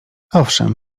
owszem